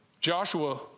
Joshua